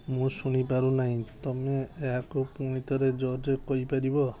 ମୁଁ ଶୁଣିପାରୁନାହିଁ ତୁମେ ଏହାକୁ ପୁଣି ଥରେ ଜୋରରେ କହିପାରିବ